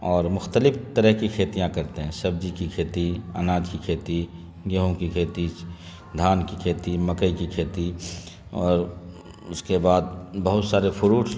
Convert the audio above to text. اور مختلف طرح کی کھیتیاں کرتے ہیں سبزی کی کھیتی اناج کی کھیتی گیہوں کی کھیتی دھان کی کھیتی مکئی کی کھیتی اور اس کے بعد بہت سارے فروٹس